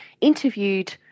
interviewed